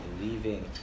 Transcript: leaving